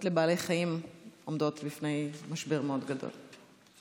לבעלי חיים עומדות בפני משבר גדול מאוד,